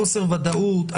חוסר ודאות,